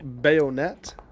Bayonet